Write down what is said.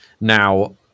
Now